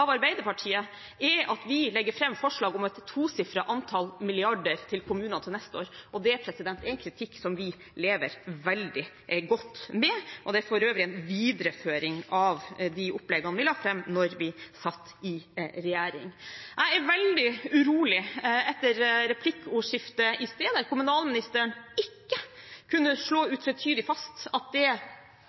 Arbeiderpartiet er at vi legger fram forslag om et tosifret antall milliarder kroner til kommunene til neste år. Det er en kritikk som vi lever veldig godt med, og det er for øvrig en videreføring av de oppleggene vi la fram da vi satt i regjering. Jeg er veldig urolig etter replikkordskiftet i sted, der kommunalministeren ikke kunne slå utvetydig fast at de rammene som er